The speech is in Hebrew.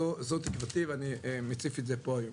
זו תקוותי ואני מציף את זה פה היום.